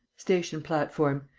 station platform.